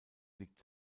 liegt